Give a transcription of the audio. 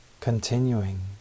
continuing